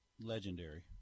legendary